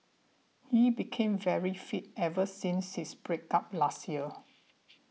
he became very fit ever since his break up last year